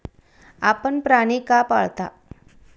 आपण प्राणी का पाळता?